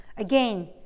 Again